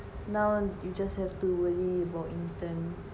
now you just have to worry about intern